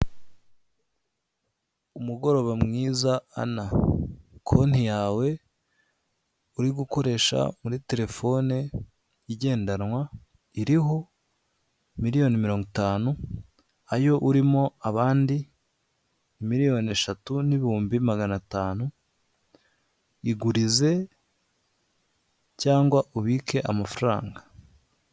Umugoroba mwiza Ana konti yawe uri gukoresha muri terefone igendanwa, iriho miliyoni mirongo itanu ayo urimo abandi, miliyoni eshatu nibihumbi magana atanu, igurize cyangwa ubike amafaranga.